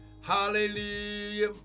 Hallelujah